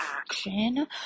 action